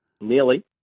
Nearly